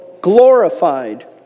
glorified